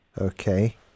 Okay